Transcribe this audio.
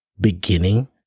beginning